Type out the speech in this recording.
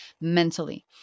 mentally